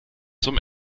zum